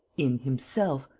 in himself,